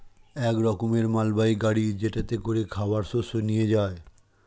এক রকমের মালবাহী গাড়ি যেটাতে করে খাবার শস্য নিয়ে যায়